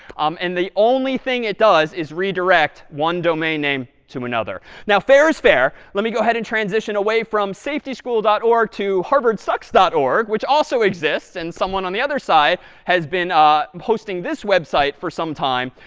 um and the only thing it does is redirect one domain name to another. now, fair is fair. let me go ahead and transition away from safetyschool dot org or to harvardsucks org, which also exists, and someone on the other side has been ah hosting this website for some time.